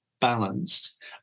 balanced